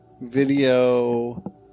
video